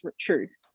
Truth